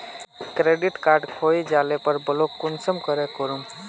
Credit card खोये जाले पर ब्लॉक कुंसम करे करूम?